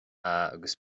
agus